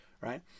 right